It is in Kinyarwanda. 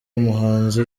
umuhanzi